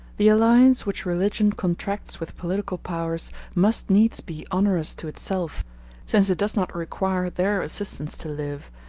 the alliance which religion contracts with political powers must needs be onerous to itself since it does not require their assistance to live,